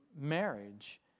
marriage